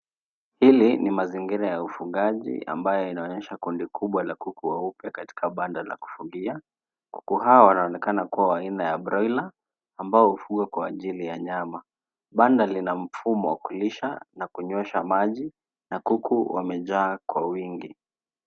Hili ni mazingira ya ufugaji ambayo yanaonyesha kundi kubwa la kuku weupe katika banda la kufugia. Kuku hawa wanaonekana kuwa aina ya broiler ambao hufugwa kwa ajili ya nyama. Banda lina mfumo wa kulisha na kunywesha maji na kuku wamejaa kwa wingi.